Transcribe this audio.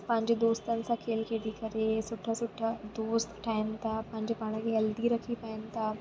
पंहिंजे दोस्तनि सां खेॾी खेॾी करे सुठा सुठा दोस्त ठाहिनि था पंहिंजे पाण खे हैल्दी रखी पाइनि था